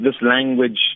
language